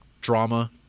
drama